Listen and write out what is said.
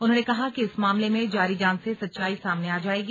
उन्होंने कहा कि इस मामले में जारी जांच से सच्चाई सामने आ जाएगी